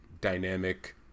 dynamic